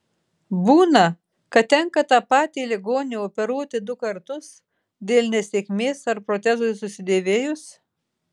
būna kad tenka tą patį ligonį operuoti du kartus dėl nesėkmės ar protezui susidėvėjus